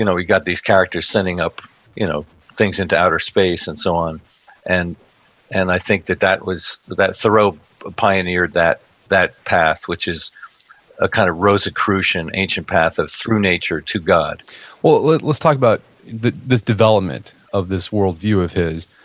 you know we got these characters sending up you know things into outer space and so on and and i think that that was, that thoreau pioneered that that path, which is a kind of rosicrucian, ancient path of through nature to god well, let's talk about this development of this worldview of his.